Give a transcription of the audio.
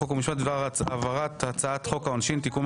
חוק ומשפט בדבר העברת הצעת חוק העונשין (תיקון,